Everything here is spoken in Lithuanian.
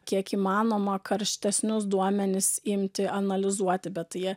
kiek įmanoma karštesnius duomenis imti analizuoti bet jie